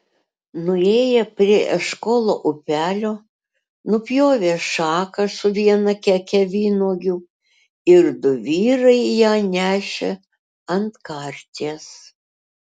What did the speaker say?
nuėję prie eškolo upelio nupjovė šaką su viena keke vynuogių ir du vyrai ją nešė ant karties